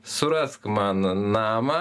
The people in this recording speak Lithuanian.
surask man namą